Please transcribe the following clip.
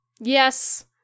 yes